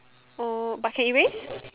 oh but can erase